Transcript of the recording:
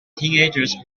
teenagers